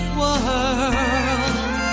world